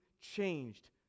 changed